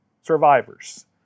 survivors